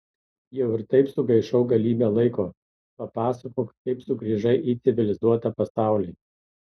jau ir taip sugaišau galybę laiko papasakok kaip sugrįžai į civilizuotą pasaulį